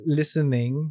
listening